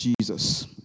Jesus